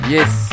Yes